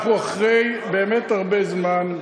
אנחנו אחרי באמת הרבה זמן,